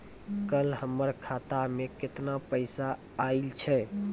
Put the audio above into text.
कल हमर खाता मैं केतना पैसा आइल छै?